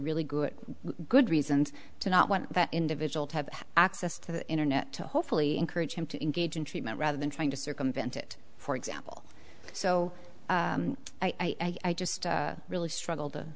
really good good reasons to not want that individual to have access to the internet to hopefully encourage them to engage in treatment rather than trying to circumvent it for example so i just really struggle